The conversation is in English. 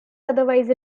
otherwise